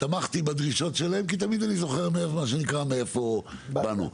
תמכתי בדרישות שלהם, כי אני תמיד זוכר מאיפה באנו.